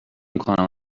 میکنم